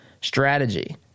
strategy